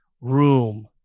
room